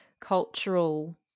cultural